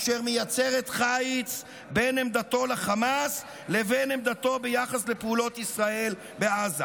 אשר מייצרת חיץ בין עמדתו לחמאס לבין עמדתו ביחס לפעולות ישראל בעזה.